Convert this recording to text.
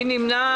מי נמנע?